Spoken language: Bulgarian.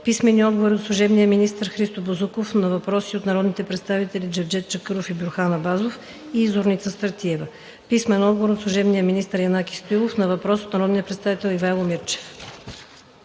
Симеонов; - служебния министър Христо Бозуков на въпроси от народните представители Джевдет Чакъров и Бюрхан Абазов; и Зорница Стратиева; - служебния министър Янаки Стоилов на въпрос от народните представители Ивайло Мирчев.